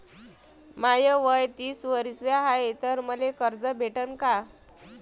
माय वय तीस वरीस हाय तर मले कर्ज भेटन का?